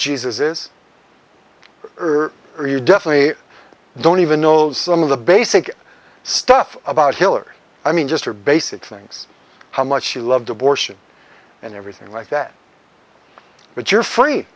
are you definitely don't even know some of the basic stuff about hillary i mean just her basic things how much you loved abortion and everything like that but you're free